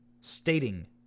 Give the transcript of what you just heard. stating